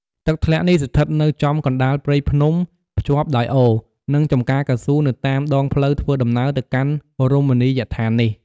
ទឹកធ្លាក់នេះស្ថិតនៅចំកណ្តាលព្រៃភ្នំភ្ជាប់ដោយអូរ និងចំការកៅស៊ូនៅតាមដងផ្លូវធ្វើដំណើរទៅកាន់រមណីយដ្ឋាននេះ។